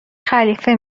خلیفه